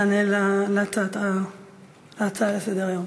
יענה על ההצעה לסדר-היום.